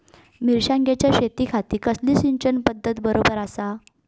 मिर्षागेंच्या शेतीखाती कसली सिंचन पध्दत बरोबर आसा?